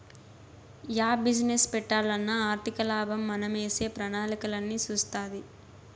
yeah business పెట్టాలన్నా ఆర్థికలాభం మనమేసే ప్రణాళికలన్నీ సూస్తాది